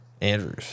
Andrews